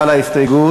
משה גפני,